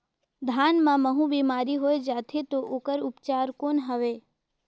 धान मां महू बीमारी होय जाथे तो ओकर उपचार कौन हवे?